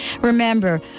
Remember